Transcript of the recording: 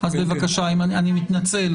אני מתנצל,